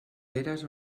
eres